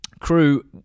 Crew